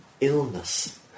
illness